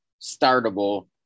startable